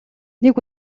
нэг